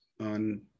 on